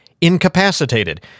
incapacitated